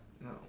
No